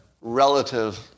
relative